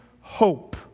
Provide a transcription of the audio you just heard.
hope